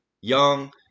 young